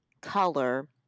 color